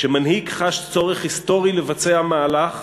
כשמנהיג חש צורך היסטורי לבצע מהלך,